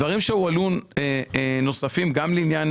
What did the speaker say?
דברים נוספים שהועלו: גם את עניין